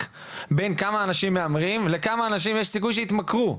בין כמה אנשים מהמרים לכמה אנשים יש סיכוי שיתמכרו.